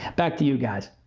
back to you guys.